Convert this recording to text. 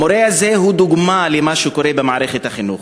המורה הזה הוא דוגמה למה שקורה במערכת החינוך